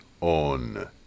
on